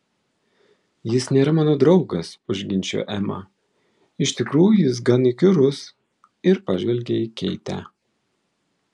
jis nėra mano draugas užginčijo ema iš tikrųjų jis gan įkyrus ir pažvelgė į keitę